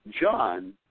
John